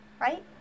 right